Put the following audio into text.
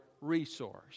resource